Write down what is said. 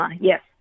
yes